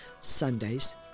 Sundays